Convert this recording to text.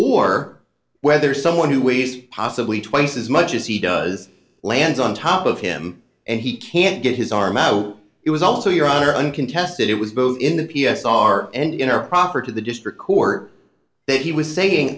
or whether someone who weighs possibly twice as much as he does lands on top of him and he can't get his arm out it was also your honor uncontested it was both in the p s r and in our property the district court that he was saying